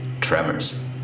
tremors